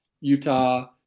Utah